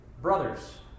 brothers